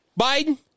Biden